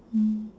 mm